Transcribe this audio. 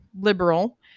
liberal